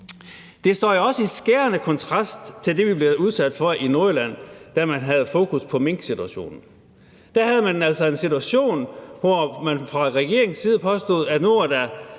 Det står jo også i skærende kontrast til det, vi blev udsat for i Nordjylland, da man havde fokus på minksituationen. Der havde vi altså en situation, hvor man fra regeringens side påstod, at der